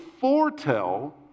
foretell